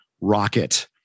rocket